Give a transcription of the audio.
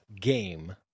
game